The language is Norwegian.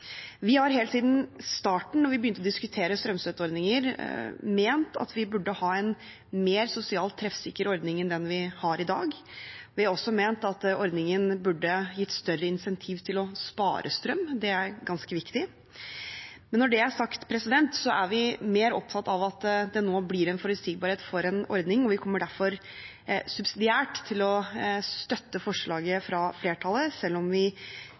Vi har helt siden starten, da vi begynte å diskutere strømstøtteordninger, ment at vi burde ha en mer sosialt treffsikker ordning enn den vi har i dag. Vi har også ment at ordningen burde gitt større insentiv til å spare strøm, det er ganske viktig. Men når det er sagt, er vi mer opptatt av at det nå blir en forutsigbarhet for en ordning, og vi kommer derfor subsidiært til å støtte forslaget fra flertallet, selv om vi